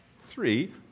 three